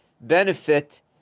benefit